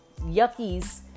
yuckies